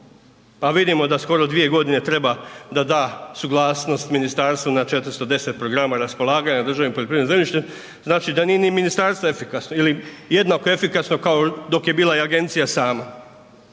pa vidimo da skoro 2.g. treba da da suglasnost ministarstvo na 410 programa raspolaganja državnim poljoprivrednim zemljištem, znači da nije ni ministarstvo efikasno ili jednako efikasno kao dok je bila i agencija sama,